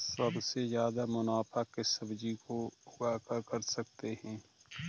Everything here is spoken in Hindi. सबसे ज्यादा मुनाफा किस सब्जी को उगाकर कर सकते हैं?